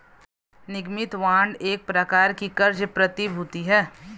निगमित बांड एक प्रकार की क़र्ज़ प्रतिभूति है